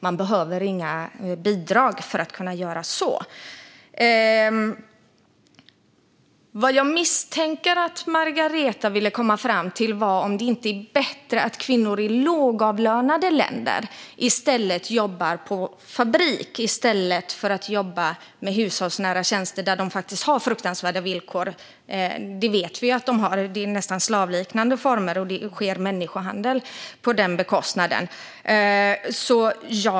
Det behövs inga bidrag för att kunna göra så. Vad jag misstänker att Margareta ville komma fram till är om det inte är bättre att kvinnor i lågavlönade länder jobbar på fabrik i stället för att jobba med hushållsnära tjänster, där de har fruktansvärda villkor, vilket vi vet att de har. Det är nästan slavliknande former, och det sker människohandel på deras bekostnad.